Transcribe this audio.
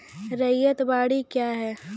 रैयत बाड़ी क्या हैं?